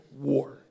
war